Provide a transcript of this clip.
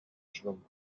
schwung